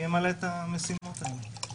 מי ימלא את המשימות הללו.